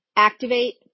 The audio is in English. Activate